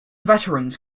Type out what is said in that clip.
veterans